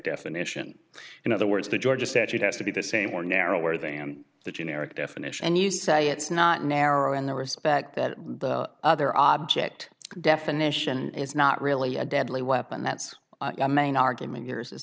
definition in other words the georgia statute has to be the same or narrower than the generic definition and you say it's not narrow in the respect that the other object definition is not really a deadly weapon that's a main argument here is